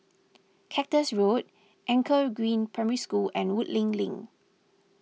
Cactus Road Anchor Green Primary School and Woodleigh Link